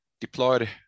deployed